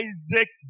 Isaac